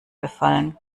befallen